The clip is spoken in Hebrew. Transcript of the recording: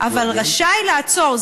אבל רשאי לעצור.